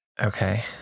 Okay